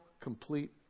complete